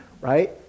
Right